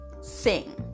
sing